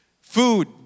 food